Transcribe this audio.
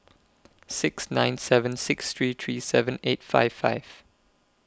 six nine seven six three three seven eight five five